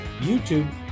YouTube